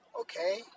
Okay